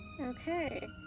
Okay